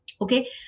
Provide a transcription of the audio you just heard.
Okay